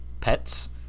pets